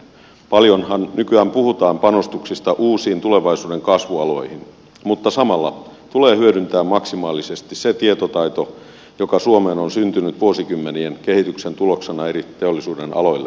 paljonhan nykyään puhutaan panostuksista uusiin tulevaisuuden kasvualoihin mutta samalla tulee hyödyntää maksimaalisesti se tietotaito joka suomeen on syntynyt vuosikymmenien kehityksen tuloksena eri teollisuudenaloille